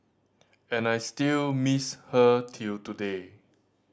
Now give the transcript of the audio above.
and I still miss her till today